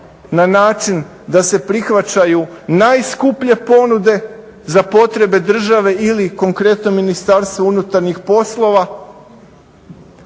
na način da se prihvaćaju najskuplje ponude za potrebe države ili konkretno Ministarstva unutarnjih poslova